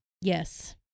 Yes